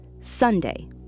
Sunday